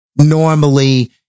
normally